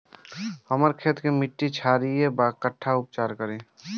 हमर खेत के मिट्टी क्षारीय बा कट्ठा उपचार बा?